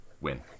win